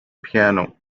piano